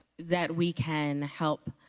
that we can help